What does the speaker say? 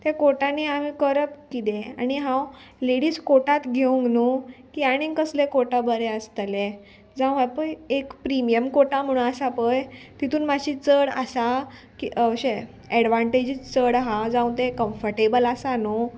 ते कोटांनी आमी करप किदें आनी हांव लेडीज कोटांत घेवंक न्हू की आनीक कसलें कोटा बरें आसतलें जावं हांव पळय एक प्रिमियम कोटा म्हणून आसा पळय तितून मातशी चड आसा की अशें एडवांटेजीस चड आहा जावं तें कम्फटेबल आसा न्हू